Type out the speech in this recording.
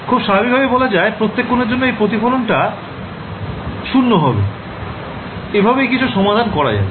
খুব স্বাভাবিক ভাবেই বলা যায় প্রত্যেক কোণের জন্য এই প্রতিফলন টা 0 হবে এভাবেই সবকিছু সমান করা যাবে